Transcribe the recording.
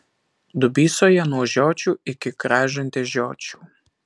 dubysoje nuo žiočių iki kražantės žiočių